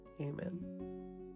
Amen